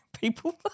people